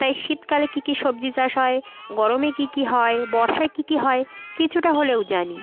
তাই শীতকালে কী কী সবজি চাষ হয় গরমে কী কী হয় বর্ষায় কী কী হয় কিছুটা হলেও জানি